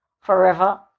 forever